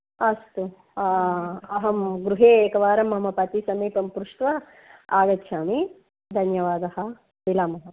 अस्तु अहं गृहे एकवारं मम पतिसमीपं पृष्ट्वा आगच्छामि धन्यवादः मिलामः